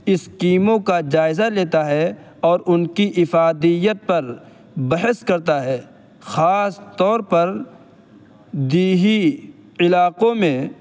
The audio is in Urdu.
اسکیموں کا جائزہ لیتا ہے اور ان کی افادیت پر بحث کرتا ہے خاص طور پر دیہی علاقوں میں